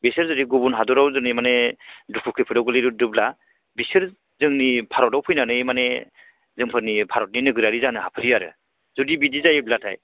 बिसोर जुदि गुबुन हादराव दिनै माने दुखु खैफोदाव गोलैजोबदोब्ला बिसोर जोंनि भारताव फैनानै माने जोंफोरनि भारतनि नोगोरारि जानो हाबफैयो आरो जुदि बिदि जायोब्लाथाय